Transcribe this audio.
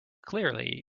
clearly